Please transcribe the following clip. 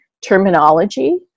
terminology